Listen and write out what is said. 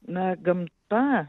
na gamta